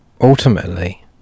ultimately